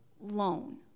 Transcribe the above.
loan